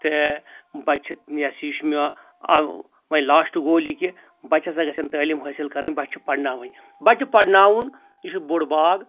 تہٕ بچہِ چھِ یہ سا یہ یہِ چھُ مےٚ وۄنۍ لاسٹُک گول یہِ کہِ بچہِ ہسا گژھَن تعلیم حٲصل کرٕنۍ بچہِ چھِ پرناوٕنۍ بچہِ پرناوُن یہِ چھُ بوٚڑ باگ